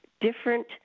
different